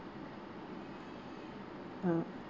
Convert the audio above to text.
ah